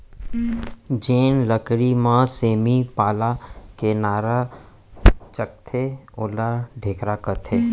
जेन लकरी म सेमी पाला के नार चघाथें ओला ढेखरा कथें